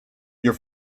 your